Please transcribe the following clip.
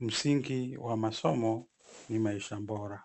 msingi wa masomo ni maisha bora.